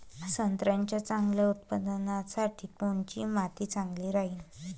संत्र्याच्या चांगल्या उत्पन्नासाठी कोनची माती चांगली राहिनं?